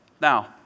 Now